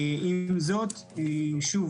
עם זאת, שוב